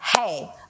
hey